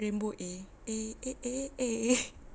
rainbow eh eh eh eh eh eh